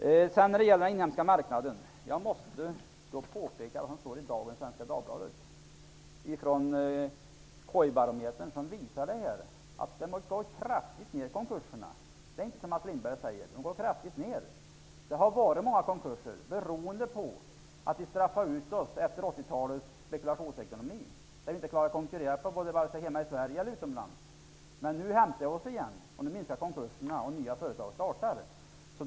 När det gäller den inhemska marknaden måste jag ta upp det som står i Svenska Dagbladet av i dag, nämligen att antalet konkurser kraftigt har gått ner. Det är inte som Mats Lindberg säger. Det har varit många konkurser beroende på 80-talets spekulationsekonomi, efter vilken vi inte klarade att konkurrera vare sig hemma i Sverige eller utomlands. Nu har vi återhämtat oss, nu minskar konkurserna och det startas nya företag.